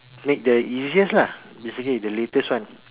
make the easiest lah basically the latest one